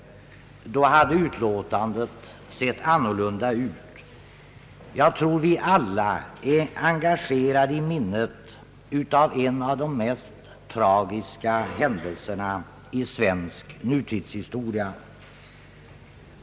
Då hade utlåtandet sett annorlunda ut. Jag tror vi alla är engagerade i minnet av en av de mest tragiska händelserna i svensk nutidshistoria.